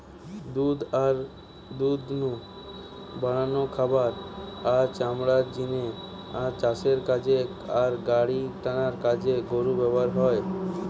দুধ আর দুধ নু বানানো খাবার, আর চামড়ার জিনে আর চাষের কাজ আর গাড়িটানার কাজে গরু ব্যাভার হয়